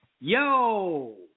Yo